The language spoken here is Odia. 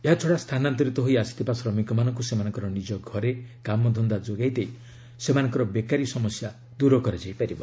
ଏହାଛଡ଼ା ସ୍ଥାନାନ୍ତରିତ ହୋଇ ଆସିଥିବା ଶ୍ରମିକମାନଙ୍କୁ ସେମାନଙ୍କର ନିଜ ଘରେ କାମଧନ୍ଦା ଯୋଗାଇ ଦେଇ ସେମାନଙ୍କର ବେକାରୀ ସମସ୍ୟା ଦୂର କରାଯାଇ ପାରିବ